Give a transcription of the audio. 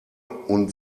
und